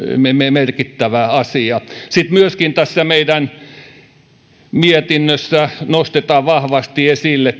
merkittävä asia sitten myöskin tässä meidän mietinnössä nostetaan vahvasti esille